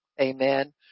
Amen